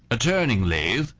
a turning lathe,